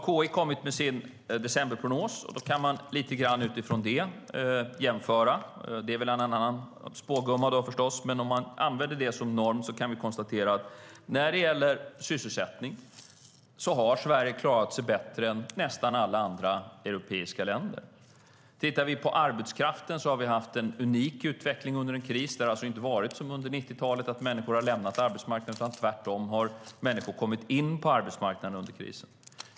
Utgår vi från KI:s decemberprognos, och det är väl en annan spågumma, kan vi konstatera att Sverige har klarat sysselsättningen bättre än nästan alla andra europeiska länder. När det gäller arbetskraften har vi haft en unik utveckling under krisen. Människor har inte, som under 90-talet, lämnat arbetsmarknaden. Tvärtom har människor kommit in på arbetsmarknaden under krisen.